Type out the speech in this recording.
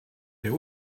der